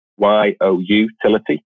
Y-O-U-Tility